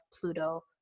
Pluto